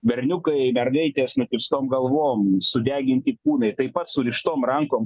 berniukai mergaitės nukirstom galvom sudeginti kūnai taip pat surištom rankom